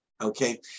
Okay